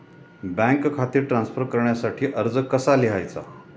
Bank खाते transfer करण्यासाठी अर्ज कसा लिहायचा?